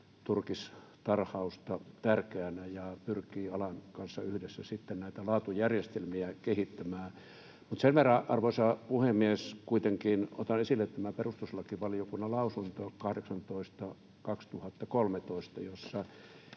turkistarhausta tärkeänä ja pyrkii alan kanssa yhdessä sitten näitä laatujärjestelmiä kehittämään. Sen verran, arvoisa puhemies, kuitenkin otan esille tämän perustuslakivaliokunnan lausunnon 18/2013, että